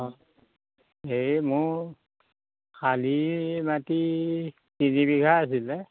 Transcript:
অঁ এই মোৰ শালি মাটি তিনিবিঘা আছিল